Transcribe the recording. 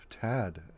Tad